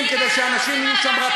תודה רבה.